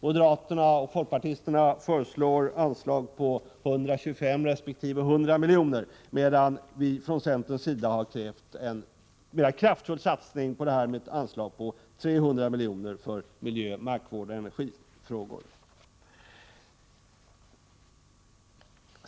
Moderaterna och folkpartisterna föreslår anslag på 125 resp. 100 miljoner, medan vi från centerns sida krävt en mer kraftfull satsning med ett anslag på 300 milj.kr. för miljö-, markvårdsoch energifrågor.